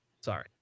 Sorry